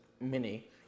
mini